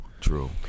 true